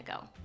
go